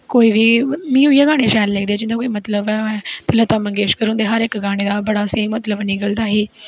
कोई बी मिगी उऐ गाने शैल लगदे जिंदे कोई मीनिंग होऐ लता मंगेशकर उंदे हर इक गानें दा बड़ा स्हेई मतलव निकलदा ही